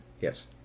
Yes